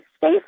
safe